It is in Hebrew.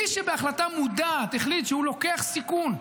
מי שבהחלטה מודעת החליט שהוא לוקח סיכון,